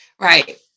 right